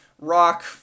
rock